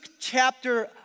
chapter